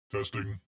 Testing